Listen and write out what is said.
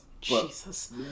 Jesus